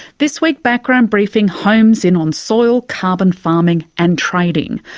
this week background briefing homes in on soil, carbon farming and trading.